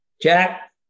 Jack